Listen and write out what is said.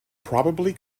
probably